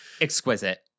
Exquisite